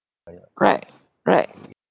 right right